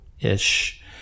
ish